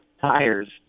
tires